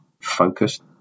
focused